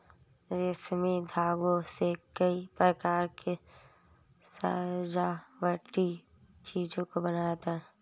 रेशमी धागों से कई प्रकार के सजावटी चीजों को बनाया जाता है